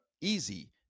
easy